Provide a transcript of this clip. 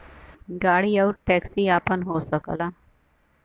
गाड़ी आउर टैक्सी आपन हो सकला